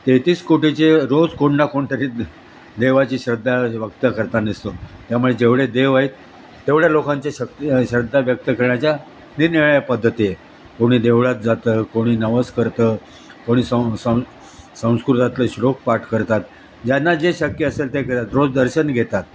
तेहेतीस कोटीचे रोज कोणणा कोण तरी देवाची श्रद्धा वक्त करता नसतो त्यामुळे जेवढे देव आहेत तेवढ्या लोकांचे शक्त श्रद्धा व्यक्त करण्याच्या निरनिराळ्या पद्धती आहे कोणी देवळात जातं कोणी नवस करतं कोणी सं सं संस्कृतातले श्लोक पाठ करतात ज्यांना जे शक्य असेल ते करतात रोज दर्शन घेतात